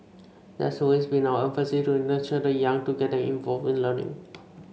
that's always been our emphasis to nurture the young to get them involved in learning